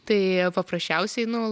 tai paprasčiausiai nu